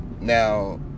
Now